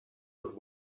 but